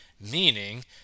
Meaning